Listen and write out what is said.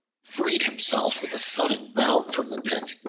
freed himself with a sudden bound from the pit,